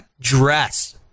dress